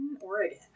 Oregon